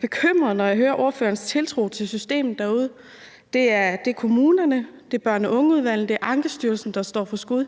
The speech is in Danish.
bekymret, når jeg hører om ordførerens tiltro til systemet derude. Det er kommunerne, det er børn og unge-udvalgene og det er Ankestyrelsen, der står for skud.